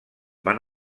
van